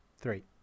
three